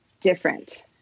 different